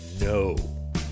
no